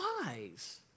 wise